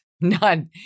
none